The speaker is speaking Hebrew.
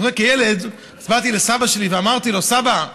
כי כילד באתי לסבא שלי ואמרתי לו: סבא,